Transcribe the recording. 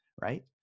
right